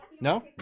no